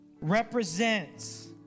represents